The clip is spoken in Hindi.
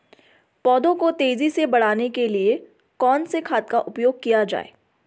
पौधों को तेजी से बढ़ाने के लिए कौन से खाद का उपयोग किया जाए?